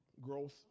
growth